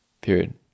Period